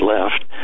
left